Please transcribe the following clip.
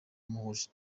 muhuje